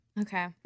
Okay